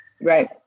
right